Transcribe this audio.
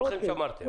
שמרתם.